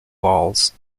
balls